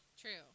True